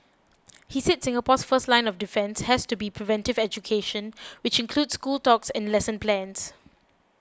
he said Singapore's first line of defence has to be preventive education which includes school talks and lesson plans